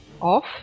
off